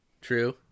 true